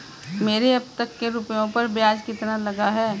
मेरे अब तक के रुपयों पर ब्याज कितना लगा है?